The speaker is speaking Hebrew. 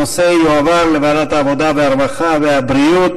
הנושא יועבר לוועדת העבודה, הרווחה והבריאות